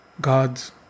gods